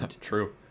True